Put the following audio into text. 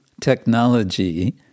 technology